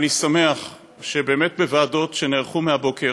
אני שמח שבאמת בישיבות הוועדות שנערכו מהבוקר,